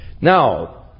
Now